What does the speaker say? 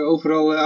Overal